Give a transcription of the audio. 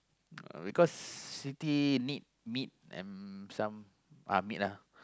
because Siti need meat and some uh meat lah